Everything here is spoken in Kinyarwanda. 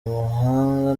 muhanda